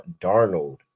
Darnold